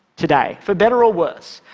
today, for better or worse.